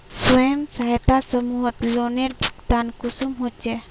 स्वयं सहायता समूहत लोनेर भुगतान कुंसम होचे?